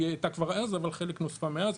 היא הייתה כבר אז וחלק נוסף מאז,